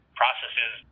processes